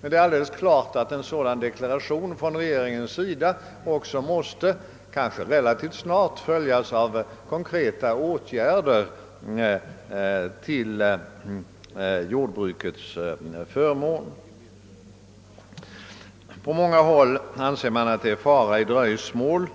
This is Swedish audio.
Det är alldeles klart att en sådan deklaration från regeringens sida också måste — kanske relativt snart — följas av konkreta åtgärder till jordbrukets förmån. På många håll anser man att det är fara i dröjsmål.